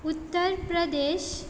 Uttar Pradesh